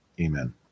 amen